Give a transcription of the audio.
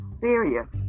serious